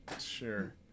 Sure